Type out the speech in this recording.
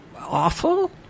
awful